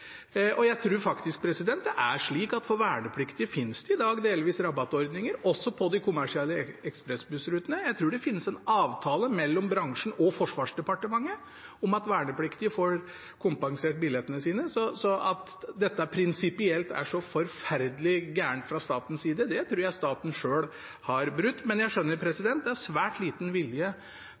Jeg tror faktisk det er slik at det for vernepliktige i dag delvis finnes rabattordninger også på de kommersielle ekspressbussrutene. Jeg tror det finnes en avtale mellom bransjen og Forsvarsdepartementet om at vernepliktige får kompensert billettene sine. At dette prinsipielt er så forferdelig galt fra statens side – det tror jeg staten selv har brutt. Men jeg skjønner at det er svært liten vilje